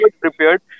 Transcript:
prepared